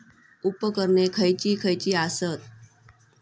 उपकरणे खैयची खैयची आसत?